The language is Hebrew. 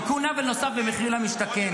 תיקון עוול נוסף במחיר למשתכן.